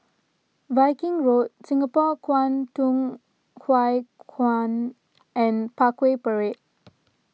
Viking Road Singapore Kwangtung Hui Kuan and Parkway Parade